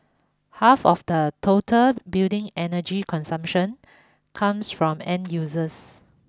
half of the total building energy consumption comes from end users